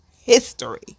history